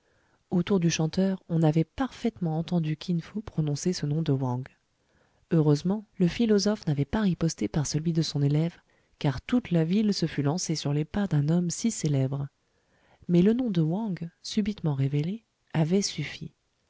autour du chanteur on avait parfaitement entendu kin fo prononcer ce nom de wang heureusement le philosophe n'avait pas riposté par celui de son élève car toute la ville se fût lancée sur les pas d'un homme si célèbre mais le nom de wang subitement révélé avait suffi